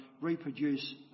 reproduce